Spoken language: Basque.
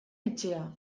etxea